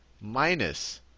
minus